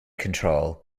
control